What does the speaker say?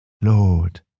Lord